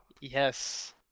Yes